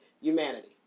humanity